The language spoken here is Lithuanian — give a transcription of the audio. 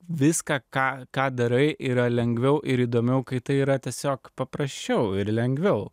viską ką ką darai yra lengviau ir įdomiau kai tai yra tiesiog paprasčiau ir lengviau